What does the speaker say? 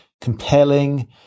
compelling